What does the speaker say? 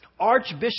Archbishop